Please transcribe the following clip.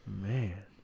man